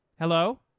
Hello